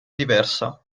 diversa